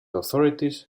authorities